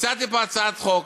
הצעתי פה הצעת חוק,